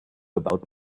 about